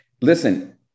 listen